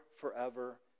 forever